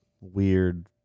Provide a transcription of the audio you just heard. weird